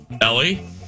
Ellie